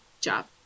job